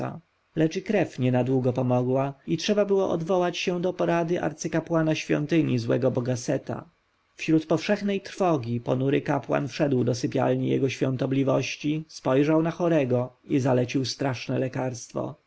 lecz i krew nie na długo pomogła i trzeba było odwołać się do porady arcykapłana świątyni złego boga seta wśród powszechnej trwogi ponury kapłan wszedł do sypialni jego świątobliwości spojrzał na chorego i zalecił straszne lekarstwo